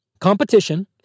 Competition